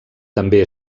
també